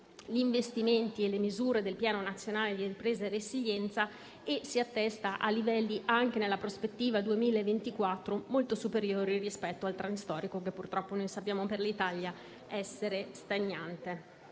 gli investimenti e le misure del Piano nazionale di ripresa e resilienza e si attesta a livelli - anche nella prospettiva 2024 - molto superiori rispetto al *trend* storico che, purtroppo, sappiamo per l'Italia essere stagnante.